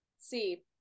see